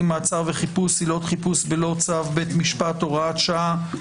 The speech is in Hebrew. (מעצר וחיפוש) (עילות חיפוש בלא צו בית משפט) (הוראת שעה),